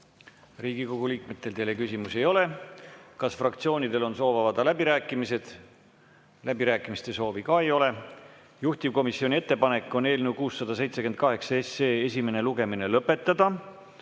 Riigikogu liikmetel teile küsimusi ei ole. Kas fraktsioonidel on soov avada läbirääkimised? Läbirääkimiste soovi ka ei ole. Juhtivkomisjoni ettepanek on eelnõu 678 esimene lugemine lõpetada.